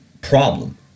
problem